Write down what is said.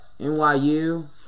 NYU